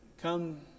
come